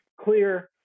clear